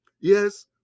Yes